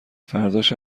فرداش